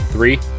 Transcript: Three